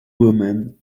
women